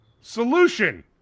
solution